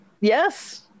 Yes